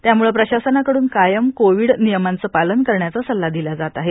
त्याम्ळे प्रशासनाकडून कायम कोविड नियमांचे पालन करण्याचा सल्ला दिला जात आहे